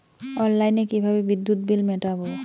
অনলাইনে কিভাবে বিদ্যুৎ বিল মেটাবো?